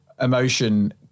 emotion